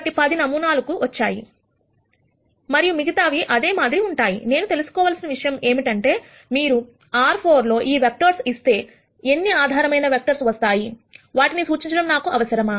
కాబట్టి 10 నమూనాలు నాకు వచ్చాయి మరియు మిగతా అదే మాదిరి ఉంటాయి నేను తెలుసుకోవలసినది ఏమిటంటే మీరు R4 లో ఈ వెక్టర్స్ ఇస్తే ఎన్ని ఆధారమైన వెక్టర్స్ వస్తాయి వాటిని సూచించడం నాకు అవసరమా